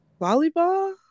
Volleyball